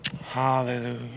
Hallelujah